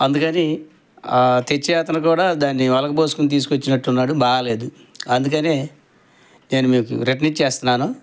అందుకని తెచ్చే అతను కూడా దాన్ని ఒలుకపోసుకొని తీసుకొచ్చినట్టున్నాడు బాగాలేదు అందుకనే నేను మీకు రిటర్న్ ఇచ్చేస్తున్నాను